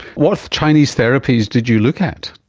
what chinese therapies did you look at?